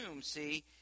see